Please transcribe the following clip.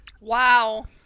Wow